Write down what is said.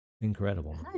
Incredible